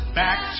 back